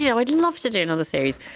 you know i'd love to do another series.